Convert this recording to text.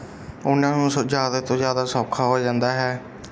ਉਹਨਾਂ ਨੂੰ ਸ ਜ਼ਿਆਦਾ ਤੋਂ ਜ਼ਿਆਦਾ ਸੌਖਾ ਹੋ ਜਾਂਦਾ ਹੈ